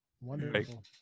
wonderful